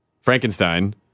Frankenstein